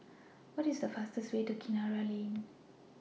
What IS The fastest Way to Kinara Lane